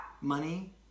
money